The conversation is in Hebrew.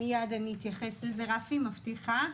מייד אתייחס לזה, רפי, מבטיחה,